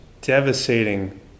devastating